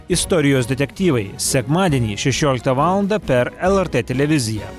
istorijos detektyvai sekmadienį šešioliktą valandą per lrt televiziją